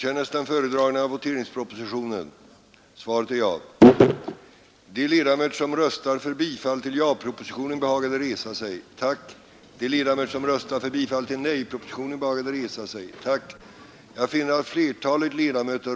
Ärade kammarledamöter!